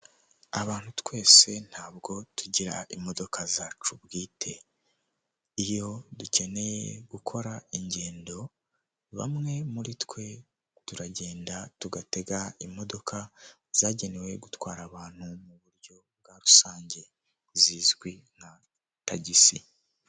Inyubako nini yiganjemo ibara ry'umweru n'umukara ihagaze ahantu hirengeye ubona ko iri ku isoko kandi igurishwa amafaranga make uyishaka yayibona ku giciro cyiza.